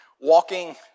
Walking